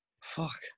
Fuck